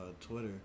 Twitter